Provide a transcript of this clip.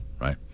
right